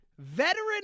Veteran